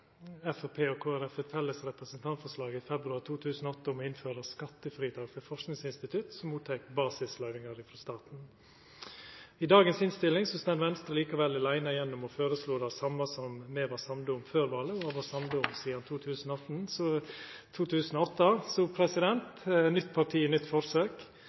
Kristeleg Folkeparti eit felles representantforslag i februar 2008 om å innføra skattefritak for forskingsinstitutt som tek imot basisløyvingar frå staten. I dagens innstilling står Venstre likevel aleine igjen om å føreslå det same som me var samde om før valet, og har vore samde om sidan 2008. Så nytt parti, nytt forsøk: